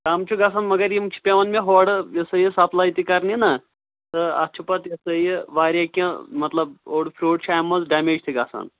کَم چھُ گژھان مَگر یِم چھِ پٮ۪وان مےٚ ہورٕ یہِ ہَسا یہِ سَپلَے تہِ کَرنہِ نہ تہٕ اَتھ چھُ پَتہٕ یہِ ہَسا یہِ واریاہ کیٚنہہ مطلب اوٚڑ فِرٛوٗٹ چھُ اَمہِ منٛز ڈٮ۪میج تہِ گژھان